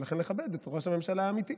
ולכן מכבד את ראש הממשלה האמיתי.